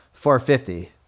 450